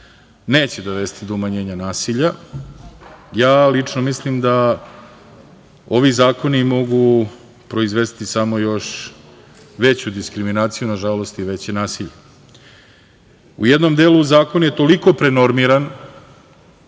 neće dovesti do umanjenja nasilja. Ja lično mislim da ovi zakoni mogu proizvesti samo još veću diskriminaciju, nažalost i veće nasilje.U jednom delu zakon je toliko prenormiran